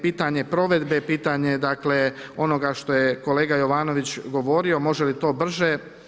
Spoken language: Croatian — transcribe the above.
Pitanje provedbe, pitanje dakle onoga što je kolega Jovanović govorio, može li to brže.